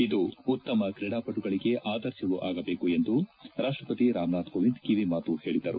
ಇದು ಉತ್ತಮ ಕ್ರೀಡಾಪಟುಗಳಿಗೆ ಆದರ್ಶವೂ ಆಗಬೇಕು ಎಂದು ರಾಷ್ಟಪತಿ ರಾಮನಾಥ್ ಕೋವಿಂದ್ ಕಿವಿಮಾತು ಹೇಳಿದರು